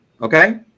Okay